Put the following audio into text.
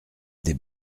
des